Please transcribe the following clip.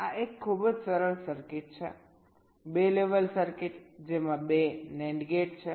આ એક ખૂબ જ સરળ સર્કિટ છે 2 લેવલ સર્કિટ જેમાં 2 NAND ગેટ છે